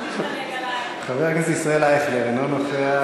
חבר הכנסת ישראל אייכלר, אינו נוכח.